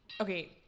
Okay